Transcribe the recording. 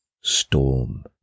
storm